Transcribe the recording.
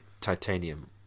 Titanium